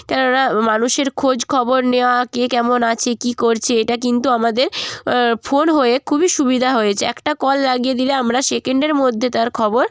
কেননা মানুষের খোঁজ খবর নেওয়া কে কেমন আছে কি করছে এটা কিন্তু আমাদের ফোন হয়ে খুবই সুবিধা হয়েছে একটা কল লাগিয়ে দিলে আমরা সেকেন্ডের মধ্যে তার খবর